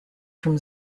from